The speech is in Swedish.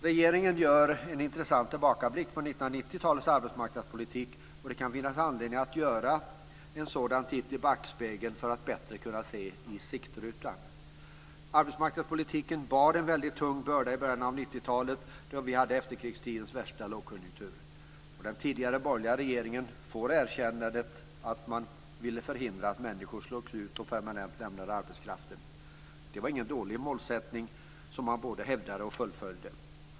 Regeringen gör en intressant tillbakablick på 1990-talets arbetsmarknadspolitik. Det kan finnas anledning att ta en sådan titt i backspegeln för att bättre kunna se i siktrutan. Arbetsmarknadspolitiken bar en väldigt tung börda i början av 90-talet då vi hade efterkrigstidens värsta lågkonjunktur. Den tidigare borgerliga regeringen får erkännandet att man ville förhindra att människor slogs ut och permanent lämnade arbetskraften. Det var ingen dålig målsättning som man både hävdade och fullföljde.